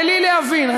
בלי להבין.